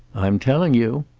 i'm telling you.